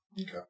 Okay